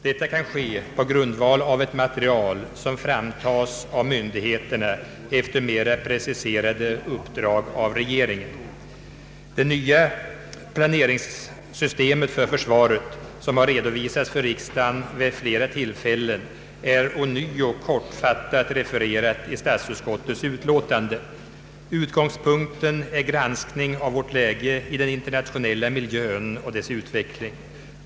Detta kan ske på grundval av ett material som framtas av myndigheterna efter mera preciserade uppdrag av regeringen. Det nya planeringssystem för försvaret, som har redovisats för riksdagen vid flera tillfällen, är ånyo kortfattat refererat i statsutskottets utlåtande. Utgångspunkten är granskning av vårt läge i den internationella miljön och dess utveckling.